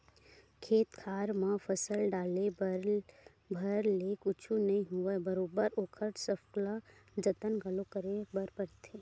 खेत खार म फसल डाले भर ले कुछु नइ होवय बरोबर ओखर सकला जतन घलो करे बर परथे